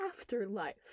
afterlife